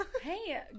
Hey